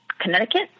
Connecticut